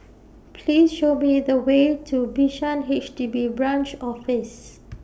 Please Show Me The Way to Bishan H D B Branch Office